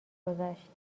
گذشت